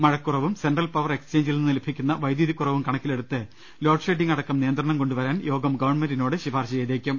മഴക്കുറവും central power എക്സ്ചേഞ്ചിൽ നിന്ന് ലഭിക്കുന്ന വൈദ്യുതി കുറവും കണക്കിലെടുത്ത് ലോഡ് ഷെഡ്സിംഗ് അടക്കം നിയന്ത്രണം കൊണ്ടുവരാൻ യോഗം ഗവൺമെന്റിനോട് ശിപാർശ ചെയ്തേക്കും